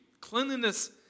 Cleanliness